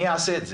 מי יעשה את זה?